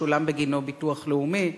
משולם בגינו ביטוח לאומי.